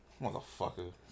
Motherfucker